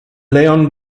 leon